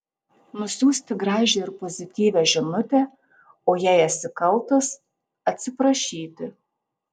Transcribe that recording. nusiųsti gražią ir pozityvią žinutę o jei esi kaltas atsiprašyti